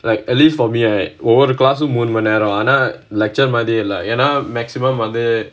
like at least for me I ஒவ்வொரு:ovvoru class ம் மூணு மணி நேரம் ஆனா:mm moonu mani neram aanaa lecture மாதிரியே இல்ல ஏனா:maathiriyae illa yaenaa maximum வந்து:vanthu